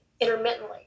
intermittently